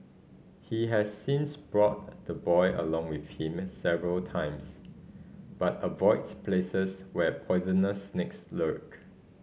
he has since brought the boy along with him several times but avoids places where poisonous snakes lurk